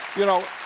you know,